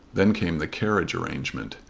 then came the carriage arrangement.